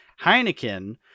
Heineken